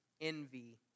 envy